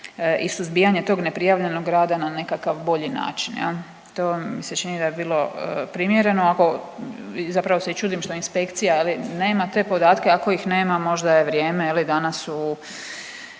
i suzbijanje tog neprijavljenog rada na nekakav bolji način. To mi se čini da bi bilo primjereno. Zapravo se čudim što inspekcija nema te podatke. Ako ih nema možda je vrijeme danas u